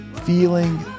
feeling